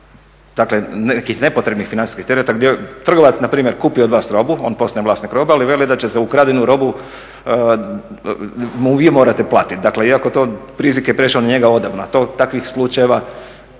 dakle nekih nepotrebnih financijskih tereta gdje trgovac npr. kupi od vas robu, on postane vlasnik robe ali veli da će ukradenu robu vi morate platit. Dakle iako to rizik je prešao na njega odavno. Takvih slučajeva